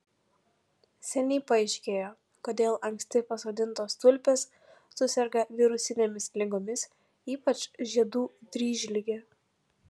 seniai paaiškėjo kodėl anksti pasodintos tulpės suserga virusinėmis ligomis ypač žiedų dryžlige